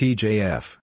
Tjf